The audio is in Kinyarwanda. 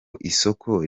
isoko